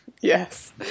Yes